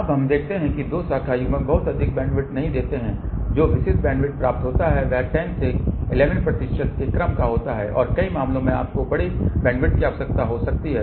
अब हम देखते हैं कि दो शाखा युग्मक बहुत अधिक बैंडविड्थ नहीं देते हैं जो विशिष्ट बैंडविड्थ प्राप्त होता है वह 10 से 11 प्रतिशत के क्रम का होता है और कई मामलों में आपको बड़े बैंडविड्थ की आवश्यकता हो सकती है